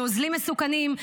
נוזלים מסוכנים,